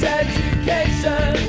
education